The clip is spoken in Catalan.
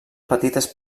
petites